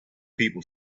people